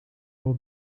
will